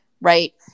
Right